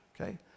Okay